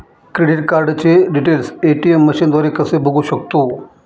Credit कार्डचे details ATM मशीनद्वारे कसे बघू शकतो?